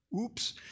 Oops